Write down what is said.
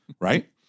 right